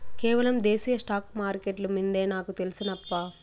కేవలం దేశీయ స్టాక్స్ మార్కెట్లు మిందే నాకు తెల్సు నప్పా